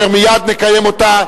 שמייד נקיים אותה,